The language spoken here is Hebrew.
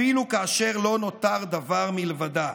אפילו כאשר לא נותר דבר מלבדה.